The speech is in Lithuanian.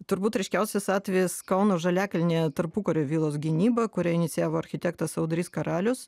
turbūt ryškiausias atvejis kauno žaliakalnyje tarpukario vilos gynyba kurią inicijavo architektas audrys karalius